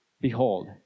Behold